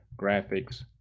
graphics